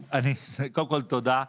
קודם כל, תודה.